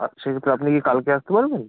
আর সেহেতু আপনি কি কালকে আসতে পারবেন